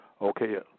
Okay